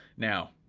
now,